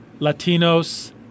Latinos